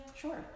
Sure